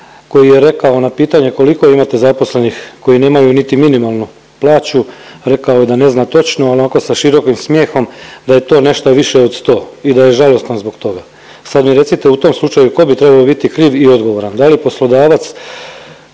koji je rekao na pitanje koliko imate zaposlenih koji nemaju niti minimalnu plaću, rekao je da ne zna točno onako sa širokim smjehom da je to nešto više od 100 i da je žalostan zbog toga. Sad mi recite u tom slučaju ko bi trebao biti kriv i odgovoran, da li poslodavac,